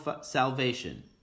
salvation